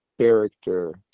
character